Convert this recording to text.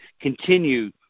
continue